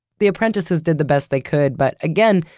the apprentices did the best they could, but again,